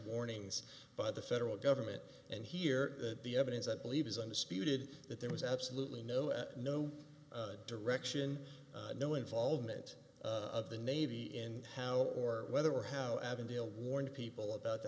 warnings by the federal government and here the evidence i believe is undisputed that there was absolutely no no direction no involvement of the navy in how or whether or how avondale warned people about the